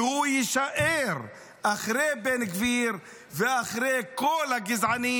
והוא יישאר אחרי בן גביר ואחרי כל הגזענים.